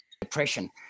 depression